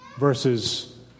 Versus